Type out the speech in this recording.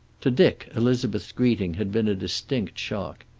to dick elizabeth's greeting had been a distinct shock.